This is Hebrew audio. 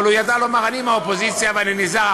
אבל הוא ידע לומר: אני מהאופוזיציה ואני נזהר,